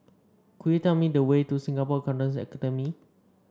could you tell me the way to Singapore Accountancy Academy